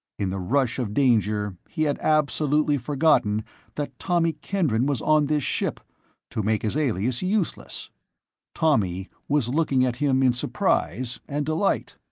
in the rush of danger, he had absolutely forgotten that tommy kendron was on this ship to make his alias useless tommy was looking at him in surprise and delight.